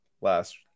last